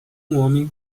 homem